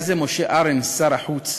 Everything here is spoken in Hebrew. היה זה משה ארנס, שר החוץ,